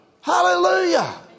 Hallelujah